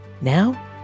Now